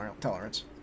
tolerance